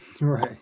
right